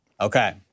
Okay